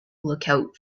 lookout